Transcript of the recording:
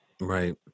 Right